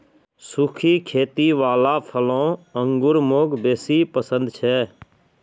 सुखी खेती वाला फलों अंगूर मौक बेसी पसन्द छे